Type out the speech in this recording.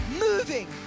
moving